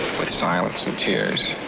with silence, and tears.